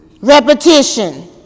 Repetition